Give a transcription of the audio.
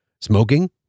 smoking